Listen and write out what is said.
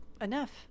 enough